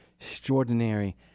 extraordinary